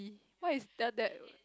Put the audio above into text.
what is tell that